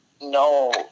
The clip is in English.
no